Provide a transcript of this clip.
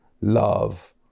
love